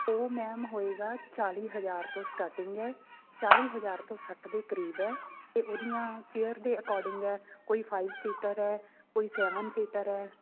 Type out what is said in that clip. ਉਹ ਮੈਮ ਹੋਏਗਾ ਚਾਲ੍ਹੀ ਹਜ਼ਾਰ ਤੋਂ ਸਟਾਰਟਿੰਗ ਏ ਚਾਲ੍ਹੀ ਹਜ਼ਾਰ ਤੋਂ ਸੱਠ ਦੇ ਕਰੀਬ ਹੈ ਅਤੇ ਉਹਦੀਆਂ ਚੇਅਰ ਦੇ ਅਕੋਰਡਿੰਗ ਹੈ ਕੋਈ ਫਾਈਵ ਸੀਟਰ ਹੈ ਕੋਈ ਸੈਵਨ ਸੀਟਰ ਹੈ